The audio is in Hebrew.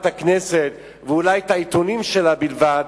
הכנסת ואולי את העיתונים שלה בלבד,